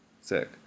sick